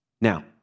Now